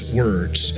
words